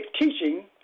teaching